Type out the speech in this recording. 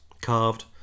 carved